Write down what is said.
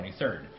23rd